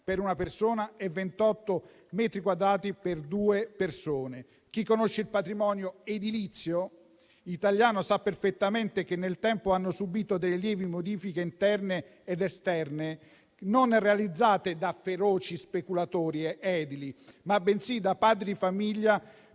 per una persona e 28 metri quadrati per due persone. Chi conosce il patrimonio edilizio italiano sa perfettamente che, nel tempo, ha subito delle lievi modifiche interne ed esterne, realizzate non da feroci speculatori edili, bensì da padri di famiglia,